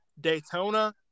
Daytona